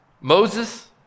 Moses